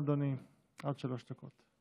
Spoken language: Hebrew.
עד שלוש דקות.